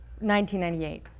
1998